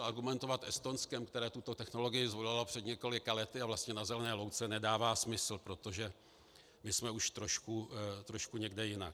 Argumentovat Estonskem, které tuto technologii zvolilo před několika lety a vlastně na zelené louce, nedává smysl, protože my jsme už trošku někde jinde.